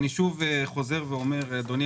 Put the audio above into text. מי